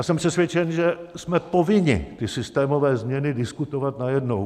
Jsem přesvědčen, že jsme povinni ty systémové změny diskutovat najednou.